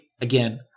again